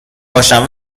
باشم